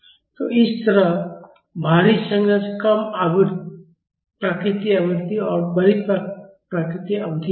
तो इसी तरह भारी संरचना में कम प्राकृतिक आवृत्ति और बड़ी प्राकृतिक अवधि होगी